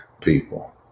people